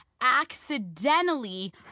accidentally